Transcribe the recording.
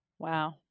Wow